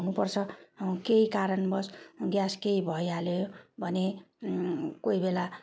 हुनु पर्छ केही कारणवश ग्यास केही भइहाल्यो भने कोही बेला